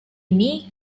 ini